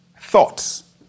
thoughts